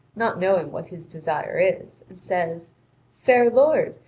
not knowing what his desire is, and says fair lord,